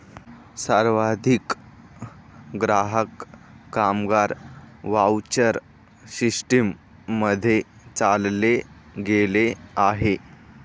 सर्वाधिक ग्राहक, कामगार व्हाउचर सिस्टीम मध्ये चालले गेले आहे